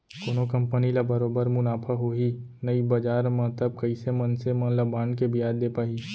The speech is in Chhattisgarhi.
कोनो कंपनी ल बरोबर मुनाफा होही नइ बजार म तब कइसे मनसे मन ल बांड के बियाज दे पाही